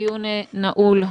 הדיון נעול.